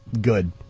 good